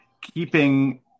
keeping